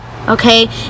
okay